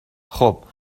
خوب